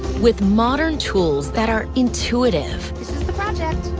with modern tools that are intuitive. this is the project.